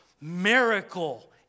miracle